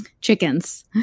chickens